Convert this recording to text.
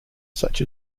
such